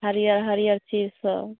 हरिअर हरिअर चीजसब